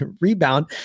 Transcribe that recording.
rebound